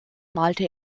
malte